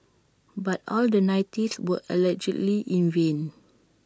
but all the niceties were allegedly in vain